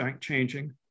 changing